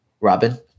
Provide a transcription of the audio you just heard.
Robin